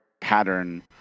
pattern